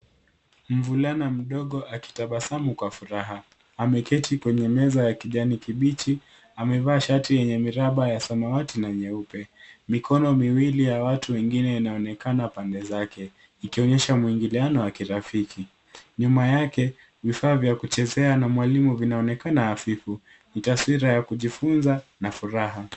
Mvulana mdogo akitabasamu kwa furaha. Ameketi kwenye meza ya kijani kibichi, amevaa shati yenye miraba ya samawati na meupe, mikono miwili ya watu wengine inaonekana pande zake ikionyesha mwingiliano wa kirafiki, nyuma yake vifaa vya kuchezea na mwalimu vinaonekana hafifu ni taswira ya kujifunza na furaha.